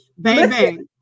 baby